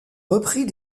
repris